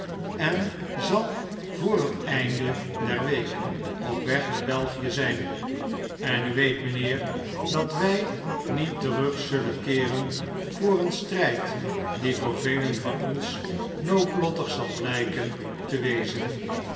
en zal voor het einde der week op weg naar belgie zijn en u weet mijnheer dat wij niet terug zullen keeren voor een strijd die voor velen van ons noodlottig zal blijken te wezen